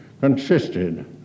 consisted